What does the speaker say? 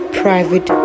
private